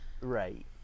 Right